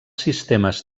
sistemes